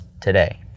today